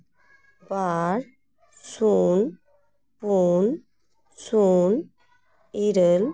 ᱵᱟᱨ ᱥᱩᱱ ᱯᱩᱱ ᱥᱩᱱ ᱤᱨᱟᱹᱞ